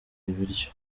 ibiryo